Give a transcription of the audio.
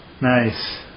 Nice